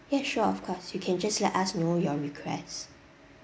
ya sure of course you can just let us know your request